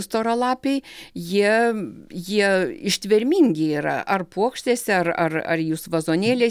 storalapiai jie jie ištvermingi yra ar puokštėse ar ar ar jūs vazonėliais